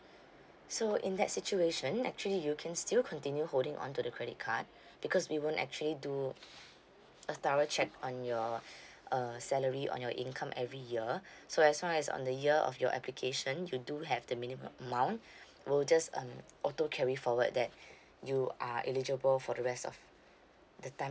so in that situation actually you can still continue holding on to the credit card because we won't actually do a thorough check on your uh salary on your income every year so as long as on the year of your application you do have the minimum amount we'll just um auto carry forward that you are eligible for the rest of the time